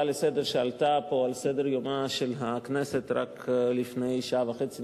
שעלתה על סדר-יומה של הכנסת בהצעה לסדר-היום פה רק לפני שעה וחצי,